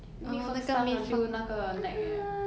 plucking it out of the nape of his neck